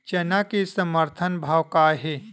चना के समर्थन भाव का हे?